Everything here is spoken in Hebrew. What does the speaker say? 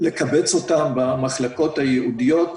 לקבץ אותם במחלקות הייעודיות,